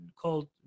called